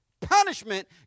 punishment